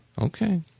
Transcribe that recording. okay